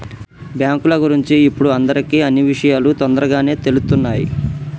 బ్యేంకుల గురించి ఇప్పుడు అందరికీ అన్నీ విషయాలూ తొందరగానే తెలుత్తున్నయ్